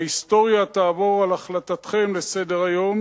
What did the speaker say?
ההיסטוריה תעבור על החלטתכם לסדר-היום